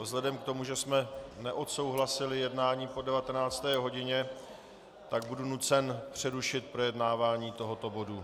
Vzhledem k tomu, že jsme neodsouhlasili jednání po 19. hodině, budu nucen přerušit projednávání tohoto bodu.